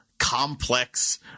complex